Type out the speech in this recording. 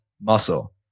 muscle